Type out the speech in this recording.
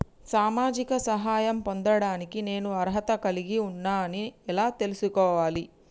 సామాజిక సహాయం పొందడానికి నేను అర్హత కలిగి ఉన్న అని ఎలా తెలుసుకోవాలి?